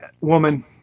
woman